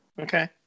Okay